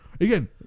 Again